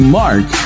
mark